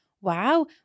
Wow